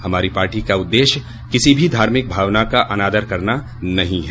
हमारी पार्टी का उद्देश्य किसी की भी धार्मिक भावना का अनादर करना नहीं है